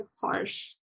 harsh